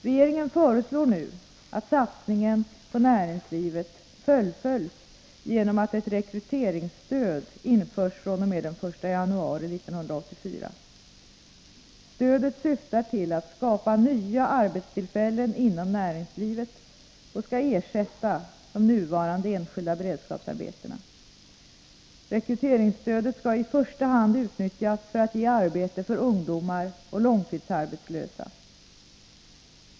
Regeringen föreslår nu att satsningen på näringslivet fullföljs genom att ett rekryteringsstöd införs fr.o.m. den 1 januari 1984. Stödet syftar till att skapa nya arbetstillfällen inom näringslivet och skall ersätta de nuvarande enskilda beredskapsarbetena. Rekryteringsstödet skall i första hand utnyttjas för att ge arbete för ungdomar och långtidsarbetslösa.